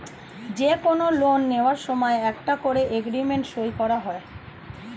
যে কোনো লোন নেয়ার সময় একটা করে এগ্রিমেন্ট সই করা হয়